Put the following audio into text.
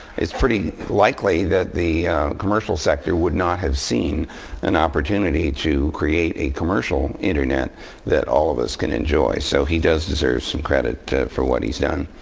it's pretty likely that the commercial sector would not have seen an opportunity to create a commercial internet that all of us can enjoy. so he does deserve some credit for what he's done.